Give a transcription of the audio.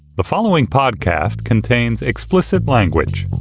the following podcast contains explicit language